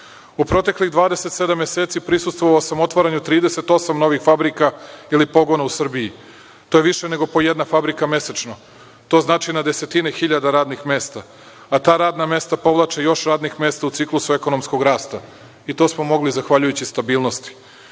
proteklih 27 meseci prisustvovao sam otvaranju 38 novih fabrika ili pogona u Srbiji, to je više nego po jedna fabrika mesečno. To znači na desetine hiljada radnih mesta, a ta radna mesta povlače još radnih mesta u ciklusu ekonomskog rasta i to smo mogli zahvaljujući stabilnosti.I